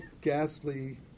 ghastly